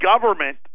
government